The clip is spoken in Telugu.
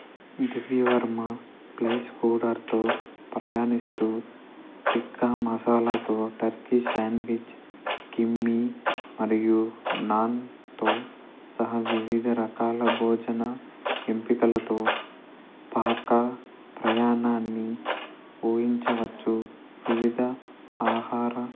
దివ్య వర్మ ప్లేస్కూటర్తో ప్రయాణిస్తూ టిక్కా మసాలాతో టర్కీ సాండ్విచ్ కిమ్చి మరియు నాన్తో సహా వివిధ రకాల భోజన ఎంపికలతో పాక ప్రయాణాన్ని ఊహించవచ్చు వివిధ ఆహార